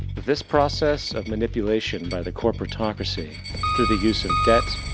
this process of manipulation by the corporatocracy through the use of debt,